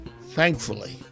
Thankfully